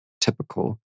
typical